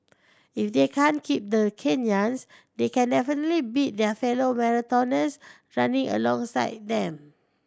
if they can't keep the Kenyans they can definitely beat their fellow marathoners running alongside them